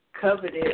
coveted